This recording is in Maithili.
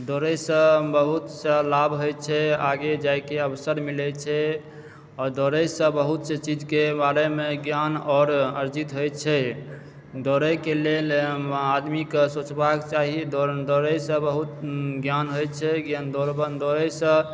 दौड़यसँ बहुत सा लाभ होयत छै आगे जाइके अवसर मिलैत छै आओर दौड़यसँ बहुतसे चीजके बारेमे ज्ञान आओर अर्जित होयत छै दौड़यके लेल आदमीकेँ सोचबाक चाही दौड़न दौड़यसँ बहुत ज्ञान होइत छै दौड़बन दौड़यसँ